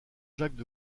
jacques